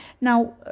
Now